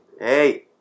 Hey